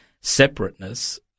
separateness